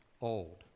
old